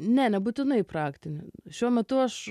ne nebūtinai praktinį šiuo metu aš